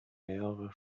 mehrere